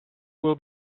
will